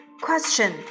question